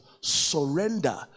surrender